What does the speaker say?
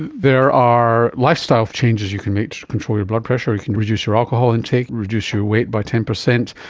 there are lifestyle changes you can make to control your blood pressure, you can reduce your alcohol intake, reduce your weight by ten percent,